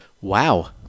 Wow